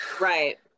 right